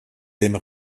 aime